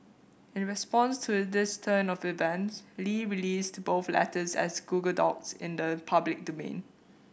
in response to this turn of events Li released both letters as Google Docs into the public domain